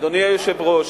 אדוני היושב-ראש,